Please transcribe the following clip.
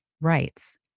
rights